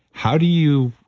how do you.